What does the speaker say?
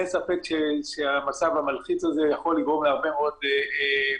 אין ספק שהמצב המלחיץ הזה יכול לגרום להרבה מאוד בעיות.